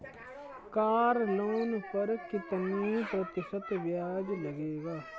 Car loan पर कितने प्रतिशत ब्याज लगेगा?